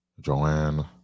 joanne